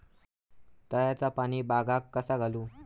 तळ्याचा पाणी बागाक कसा घालू?